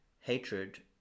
hatred